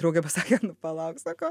draugė pasakė nu palauk sako